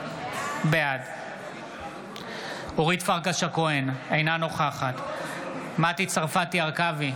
בעד אורית פרקש הכהן, אינה נוכחת מטי צרפתי הרכבי,